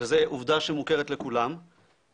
וזו עובדה שמוכרת לכולם,